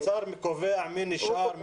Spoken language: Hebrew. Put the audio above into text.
האוצר קובע מי נשאר,